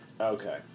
Okay